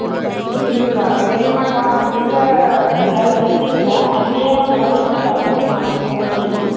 ठीकु आहे लेकिनि मां तव्हां हिकु ॻाल्हि ॿीं थी ॿुधायां एम बी ए जा मां कलासेस बि चालू कंदीमांव हाणे थोड़नि ॾींहंनि में